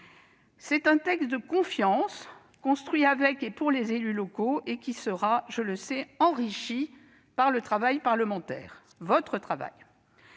C'est un texte de confiance, construit avec et pour les élus locaux et qui sera, je le sais, enrichi par votre travail parlementaire. C'est